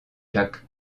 jacques